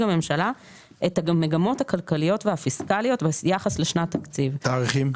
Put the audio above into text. הממשלה את המגמות הכלכליות והפיסקליות ביחס לשנת תקציב; תאריכים?